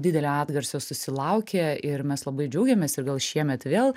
didelio atgarsio susilaukė ir mes labai džiaugėmės ir gal šiemet vėl